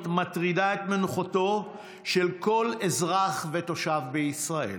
מטרידה את מנוחתו של כל אזרח ותושב בישראל.